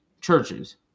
churches